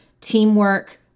teamwork